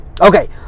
Okay